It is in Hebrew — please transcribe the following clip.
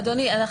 אדוני,